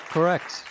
Correct